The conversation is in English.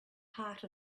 heart